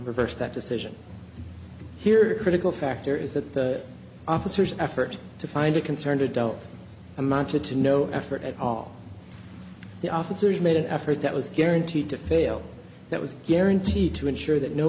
reverse that decision here a critical factor is that the officers effort to find a concerned adult amounted to no effort at all the officers made an effort that was guaranteed to fail that was guaranteed to ensure that no